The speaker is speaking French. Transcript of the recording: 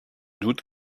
doute